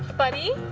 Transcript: buddy.